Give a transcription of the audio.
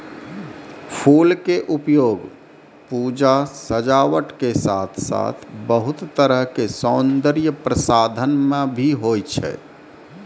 फूल के उपयोग पूजा, सजावट के साथॅ साथॅ बहुत तरह के सौन्दर्य प्रसाधन मॅ भी होय छै